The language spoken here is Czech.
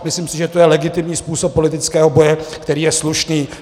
Myslím si, že to je legitimní způsob politického boje, který je slušný.